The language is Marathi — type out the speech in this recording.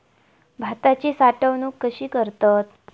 भाताची साठवूनक कशी करतत?